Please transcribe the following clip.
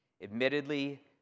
Admittedly